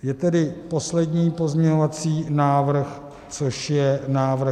Je tady poslední pozměňovací návrh, což je návrh 4807.